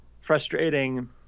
frustrating